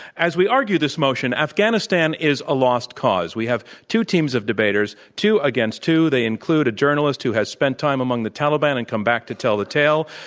as we argue this motion, afghanistan is a lost cause. we have two teams of debaters, two against two. they include a journalist who has spent time among the taliban and come back to tell the tale,